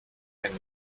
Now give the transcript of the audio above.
and